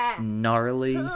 gnarly